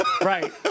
right